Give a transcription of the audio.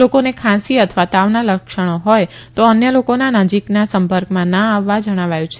લોકોને ખાંસી અથવા તાવના લક્ષણો હોથ તો અન્ય લોકોના નજીકના સંપર્કમાં ના આવવા જણાવાયું છે